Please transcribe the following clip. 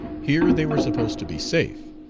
here they were supposed to be safe.